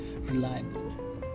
reliable